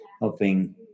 hoping